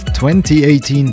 2018